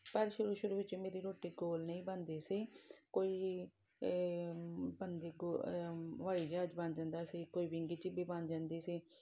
ਪਰ ਸ਼ੁਰੂ ਸ਼ੁਰੂ ਵਿੱਚ ਮੇਰੀ ਰੋਟੀ ਗੋਲ ਨਹੀਂ ਬਣਦੀ ਸੀ ਕੋਈ ਬਣਦੀ ਗੋ ਹਵਾਈ ਜਹਾਜ਼ ਬਣ ਜਾਂਦਾ ਸੀ ਕੋਈ ਵਿੰਗੀ ਚਿੱਪੀ ਬਣ ਜਾਂਦੀ ਸੀ